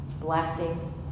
blessing